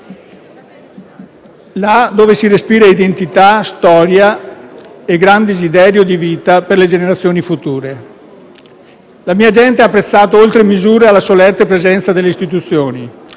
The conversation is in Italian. La mia gente ha apprezzato oltre misura la solerte presenza delle istituzioni: